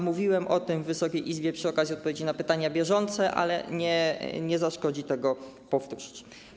Mówiłem o tym w Wysokiej Izbie przy okazji odpowiedzi na pytania bieżące, ale nie zaszkodzi powtórzyć.